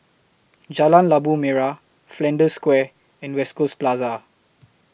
Jalan Labu Merah Flanders Square and West Coast Plaza